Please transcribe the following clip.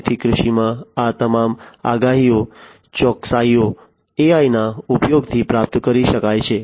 તેથી કૃષિમાં આ તમામ આગાહીઓ ચોકસાઇઓ AI ના ઉપયોગથી પ્રાપ્ત કરી શકાય છે